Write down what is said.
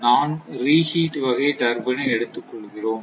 நான் ரிகிட் வகை டர்பைன் ஐ எடுத்துக்கொள்கிறோம்